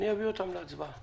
אני אביא אותן להצבעה.